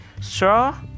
straw